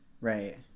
right